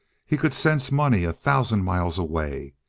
he could sense money a thousand miles away.